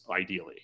ideally